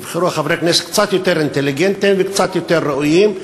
שיבחרו חברי כנסת קצת יותר אינטליגנטים וקצת יותר ראויים,